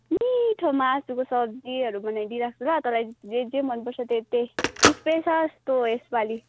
मिठो मासुको सब्जीहरू बनाई दिइराख्छु ल तँलाई जे जे मनपर्छ त्यही त्यही स्पेसल तँ यसपालि